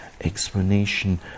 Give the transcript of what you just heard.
explanation